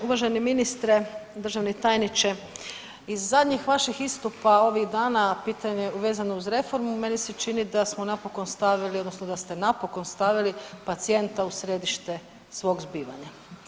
Uvaženi ministre, državni tajniče, iz zadnjih vaših istupa ovih dana pitanje vezano uz reformu meni se čini da smo napokon stavili odnosno da ste napokon stavili pacijenta u središte svog zbivanja.